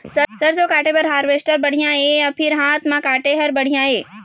सरसों काटे बर हारवेस्टर बढ़िया हे या फिर हाथ म काटे हर बढ़िया ये?